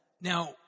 now